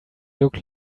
look